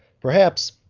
perhaps,